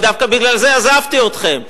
ודווקא בגלל זה עזבתי אתכם,